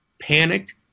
panicked